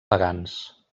pagans